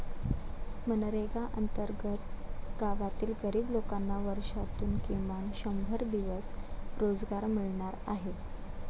मनरेगा अंतर्गत गावातील गरीब लोकांना वर्षातून किमान शंभर दिवस रोजगार मिळणार आहे